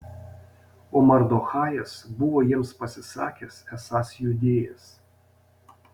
o mardochajas buvo jiems pasisakęs esąs judėjas